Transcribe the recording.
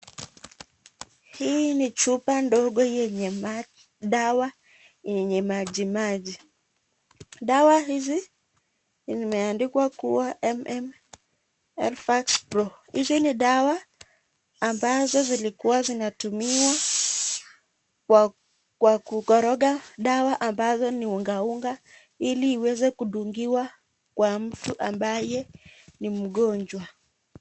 Hii ni chupa ndogo enye dawa enye majimaji. Dawa hizi imeendikwa kuwa MMRvaxPRO . Hizi ni dawa ambazo zilikuwa zinatumiwa kutumiwa kwa kukoroga dawa ambo ni unga unga ili waweze kudungiwa kwa mtu ambaye ni mgonjwa.